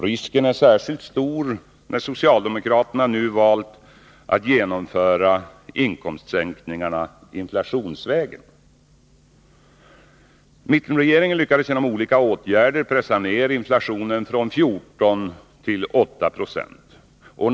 Risken är särskilt stor när socialdemokraterna nu valt att genomföra inkomstsänkningarna inflationsvägen. Mittenregereringen lyckades genom olika åtgärder pressa ner inflationen från 14 till 8 20.